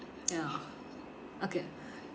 ya okay